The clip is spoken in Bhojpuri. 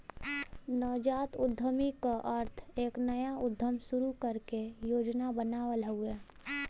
नवजात उद्यमी क अर्थ एक नया उद्यम शुरू करे क योजना बनावल हउवे